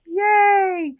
yay